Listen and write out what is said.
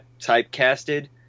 typecasted